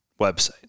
website